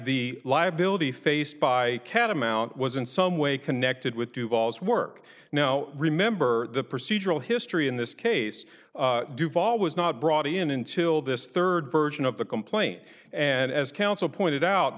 the liability faced by catamount was in some way connected with duvall's work now remember the procedural history in this case duvall was not brought in until this rd version of the complaint and as counsel pointed out